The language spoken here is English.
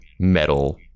metal